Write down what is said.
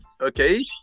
Okay